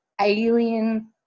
alien